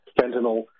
fentanyl